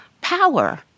power